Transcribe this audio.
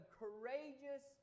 courageous